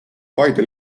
paide